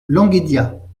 languédias